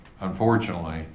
unfortunately